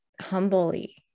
humbly